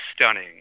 stunning